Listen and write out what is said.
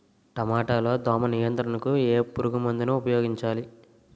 టమాటా లో దోమ నియంత్రణకు ఏ పురుగుమందును ఉపయోగించాలి?